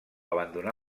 abandonar